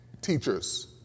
teachers